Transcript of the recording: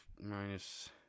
minus